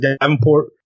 Davenport